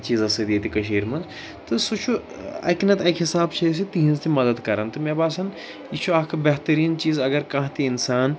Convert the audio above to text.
چیٖزو سۭتۍ ییٚتہِ کٔشیٖرِ منٛز تہٕ سُہ چھُ ٲں اَکہِ نَہ تہٕ اَکہِ حِساب چھِ أسۍ یہِ تِہنٛز تہِ مَدد کَران تہٕ مےٚ باسان یہِ چھُ اَکھ بہتریٖن چیٖز اگر کانٛہہ تہِ اِنسان